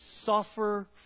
suffer